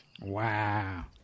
Wow